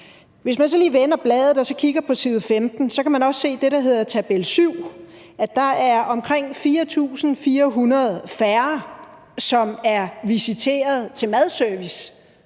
Hvis man så lige vender bladet og kigger på side 15, kan man se af det, der hedder tabel 7, at der også er omkring 4.400 færre, som er visiteret til madservice,